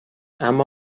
اما